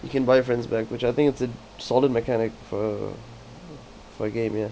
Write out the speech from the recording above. you can buy friends back which I think it's a solid mechanic for a for a game ya